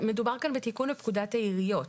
מדובר כאן בתיקון פקודת העיריות.